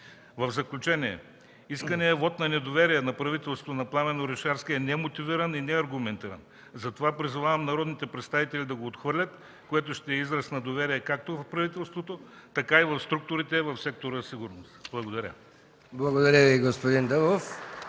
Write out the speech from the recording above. В заключение, исканият вот на недоверие на правителството на Пламен Орешарски е немотивиран и неаргументиран. Затова призовавам народните представители да го отхвърлят, което ще е израз на доверие както в правителството, така и в структурите в сектора за сигурност. Благодаря. (Ръкопляскания от